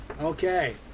okay